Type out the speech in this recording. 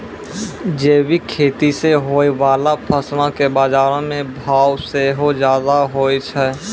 जैविक खेती से होय बाला फसलो के बजारो मे भाव सेहो ज्यादा होय छै